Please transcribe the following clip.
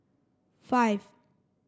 five